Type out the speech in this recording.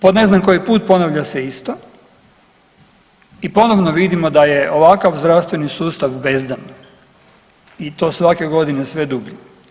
Po ne znam koji put ponavlja se isto i ponovno vidimo da je ovakav zdravstveni sustav bezdan i to svake godine sve dublji.